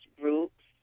groups